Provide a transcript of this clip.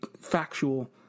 factual